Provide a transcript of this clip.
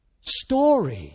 story